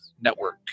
network